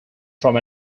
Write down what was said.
from